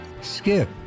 Skip